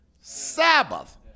Sabbath